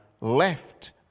left